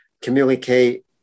communicate